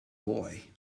boy